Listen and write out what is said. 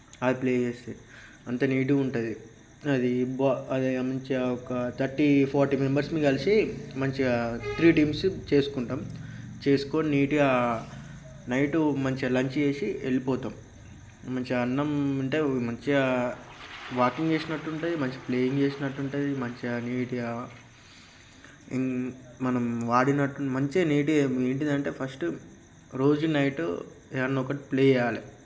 అది ప్లే చేస్తే అంత నీటుగా ఉంటుంది అది బాగా అది గమనించి ఒక మంచిగా ఒక థర్టీ ఫార్టీ మెంబర్స్ కలిసి మంచిగా త్రీ టీమ్స్ చేసుకుంటాము చేసుకొని నీటుగా నైటు మంచిగా లంచ్ చేసి వెళ్ళిపోతాము మంచిగా అన్నం ఉంటే మంచిగా వాకింగ్ చేసినట్టు ఉంటుంది మంచి ప్లేయింగ్ చేసినట్టు ఉంటుంది మంచిగా నీటుగా ఇంకా మనం వాడినట్టు మంచిగా నీట్గా ఏంటంటే ఫస్ట్ రోజు నైట్ ఏదైనా ఒకటి ప్లే చేయాలి